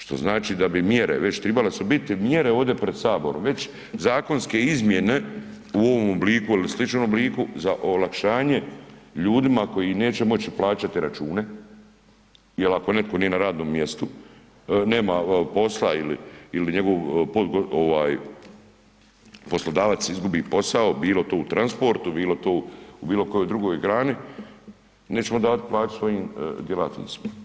Što znači da bi mjere već tribale su biti mjere ovdje pred saborom, već zakonske izmjene u ovom obliku ili sličnom obliku za olakšanje ljudima koji neće moći plaćati račune, jel ako netko nije na radnom mjestu, nema posla ili njegov ovaj poslodavac izgubi posao bilo to u transportu, bilo to u bilo kojoj drugoj grani, nećemo davat plaću svojim djelatnicima.